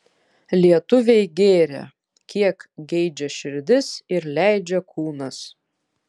lietuviai gėrė kiek geidžia širdis ir leidžia kūnas